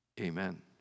Amen